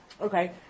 Okay